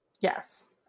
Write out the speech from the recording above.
Yes